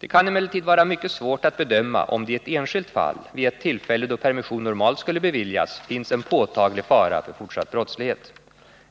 Det kan emellertid vara mycket svårt att bedöma om det i ett enskilt fall vid ett tillfälle då permission normalt skulle beviljas finns en påtaglig fara för fortsatt brottslig verksamhet.